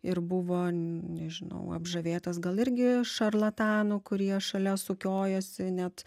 ir buvo nežinau apžavėtas gal irgi šarlatanų kurie šalia sukiojosi net